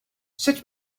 sut